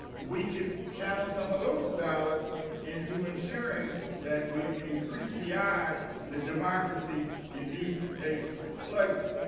we can channel some of those dollars into ensuring that we and increase the odds that democracy indeed takes like